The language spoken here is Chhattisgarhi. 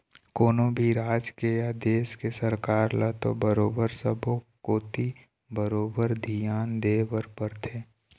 कोनो भी राज के या देश के सरकार ल तो बरोबर सब्बो कोती बरोबर धियान देय बर परथे